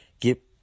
Get